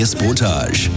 Sportage